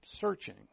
searching